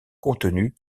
contenu